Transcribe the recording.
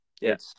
Yes